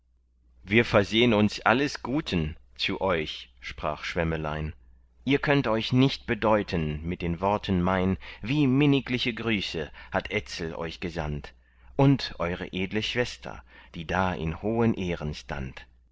wir versehn uns alles guten zu euch sprach schwemmelein ich könnt euch nicht bedeuten mit den worten mein wie minnigliche grüße euch etzel hat gesandt und eure edle schwester die da in hohen ehren stand